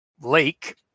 lake